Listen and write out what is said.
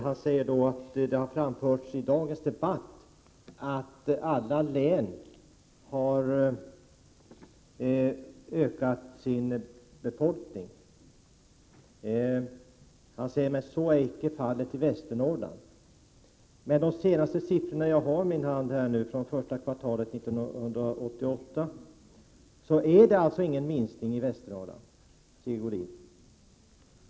Han sade då att det i dagens debatt framförts att alla län ökat sin befolkning men att så inte är fallet i Västernorrland. Men enligt de senaste siffrorna, som jag nu har i min hand — de är från första kvartalet 1988 — är det ingen minskning i Västernorrland, Sigge Godin.